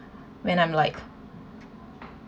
when I'm like